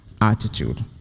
attitude